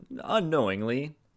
unknowingly